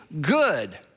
good